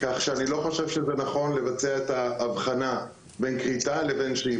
כך שאני לא חושב שזה נכון לבצע את ההבחנה בין כריתה לבין שאיבה.